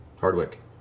Hardwick